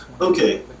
okay